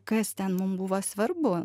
kas ten mum buvo svarbu